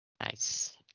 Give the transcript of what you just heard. Nice